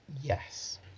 Yes